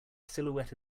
silhouette